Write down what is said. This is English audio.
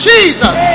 Jesus